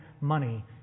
money